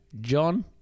John